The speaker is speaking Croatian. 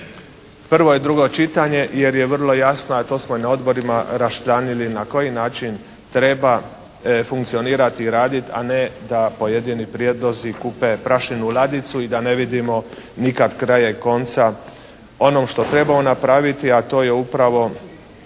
prvo i drugo čitanje, jer je vrlo jasno, a to smo i na odborima raščlanili na koji način treba funkcionirati i raditi, a ne da pojedini prijedlozi kupe prašinu u ladicu i da ne vidimo nikad kraja i konca onom što trebamo napraviti, a to je upravo